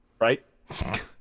right